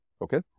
Okay